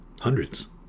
Hundreds